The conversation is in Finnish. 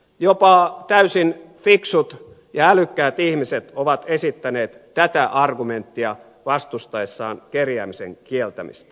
jopa täysin fiksut ja älykkäät ihmiset ovat esittäneet tätä argumenttia vastustaessaan kerjäämisen kieltämistä